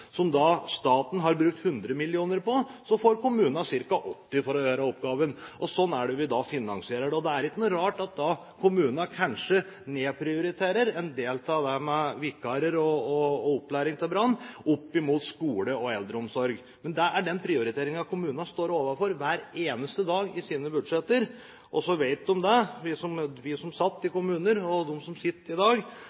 staten til kommunene – som staten har brukt 100 mill. kr på, får kommunene ca. 80 mill. kr for å gjøre oppgaven. Slik er det man finansierer. Da er det ikke noe rart at kommunene kanskje nedprioriterer en del av det med vikarer og opplæring for brannvesenet, men prioriterer skole og eldreomsorg. Det er de prioriteringene kommunene står overfor hver eneste dag i sine budsjetter. Så vet kommunene – vi som satt der før, og de som sitter der i